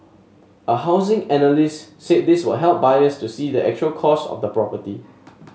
a housing analyst said this will help buyers to see the actual cost of the property